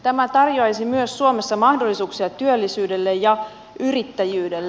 tämä tarjoaisi myös suomessa mahdollisuuksia työllisyydelle ja yrittäjyydelle